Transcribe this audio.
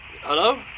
Hello